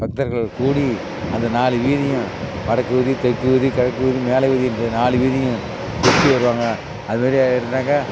பக்தர்கள் கூடி அந்த நாலு வீதியும் வடக்கு வீதி தெற்கு வீதி கிழக்கு வீதி மேலே வீதி இந்த நாலு வீதியும் சுற்றி வருவாங்க அதுமாதிரி எடுத்தோன்னாக்கால்